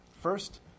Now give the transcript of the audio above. First